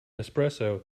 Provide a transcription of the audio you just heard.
espresso